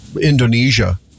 Indonesia